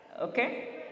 okay